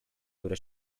które